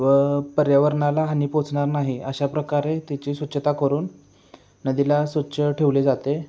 व पर्यावरणाला हानी पोहोचणार नाही अशा प्रकारे त्याची स्वच्छता करून नदीला स्वच्छ ठेवले जाते